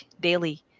daily